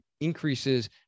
increases